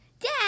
Dad